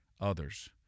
others